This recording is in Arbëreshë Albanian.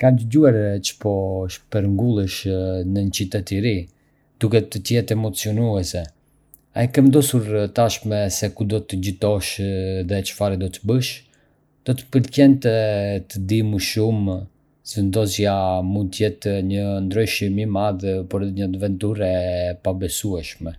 Kam dëgjuar që po shpërngulesh në një qytet të ri... duhet të jetë emocionuese! A e ke vendosur tashmë se ku do të jetosh dhe çfarë do të bësh? Do të më pëlqente të di më shumë, zhvendosja mund të jetë një ndryshim i madh, por edhe një aventurë e pabesueshme.